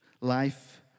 life